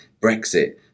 Brexit